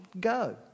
go